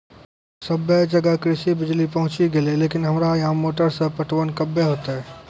सबे जगह कृषि बिज़ली पहुंची गेलै लेकिन हमरा यहाँ मोटर से पटवन कबे होतय?